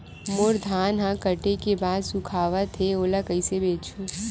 मोर धान ह काटे के बाद सुखावत हे ओला कइसे बेचहु?